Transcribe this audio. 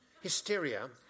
hysteria